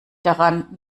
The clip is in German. daran